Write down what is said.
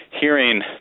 hearing